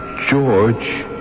George